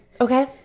Okay